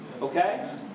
Okay